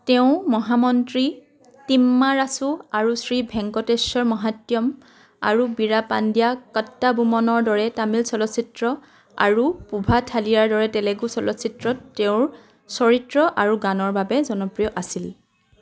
তেওঁ মহামন্ত্ৰী তিম্মাৰাচু আৰু শ্ৰী ভেঙ্কটেশ্বৰ মহাত্যম আৰু বীৰাপাণ্ড্যিয়া কট্টাবুমনৰ দৰে তামিল চলচ্চিত্ৰ আৰু পুভা থালিয়াৰ দৰে তেলেগু চলচ্চিত্ৰত তেওঁৰ চৰিত্ৰ আৰু গানৰ বাবে জনপ্ৰিয় আছিল